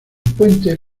puente